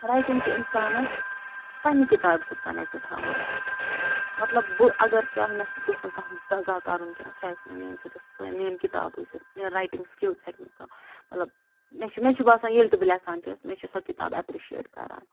writing چھِ اِنسانس پنٛنہِ کِتابہِ سۭتۍ کنٮ۪کٹ تھاوان مطلب بہٕ اگر چاہے مےٚ سۭتۍ گوٚژھ نہٕ کانٛہہ دغا کَرُن کیٚنٛہہ سُہ ہیٚکہِ نہٕ میٛٲنۍ صِرف سٲنۍ میٛٲنۍ کِتاب ٲسِتھ میٛٲنۍ رایٹِنٛگ سِکِلٕز ہٮ۪کہٕ نہٕ کانٛہہ مطلب مےٚ چھُ مےٚ چھُ باسان ییٚلہِ تہِ بہٕ لٮ۪کھان چھَس مےٚ چھِ سۄ کِتاب اٮ۪پرِشیٹ کَران